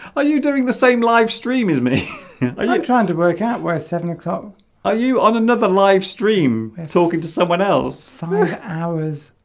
are you doing the same livestream as many i like trying to work out where seven o'clock are you on another livestream talking to someone else for hours